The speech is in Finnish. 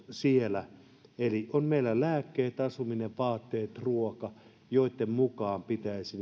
siellä perusarvot eli meillä on lääkkeet asuminen vaatteet ruoka joitten mukaan pitäisi